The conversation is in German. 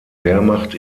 wehrmacht